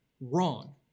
wrong